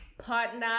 partner